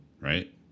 right